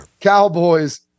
Cowboys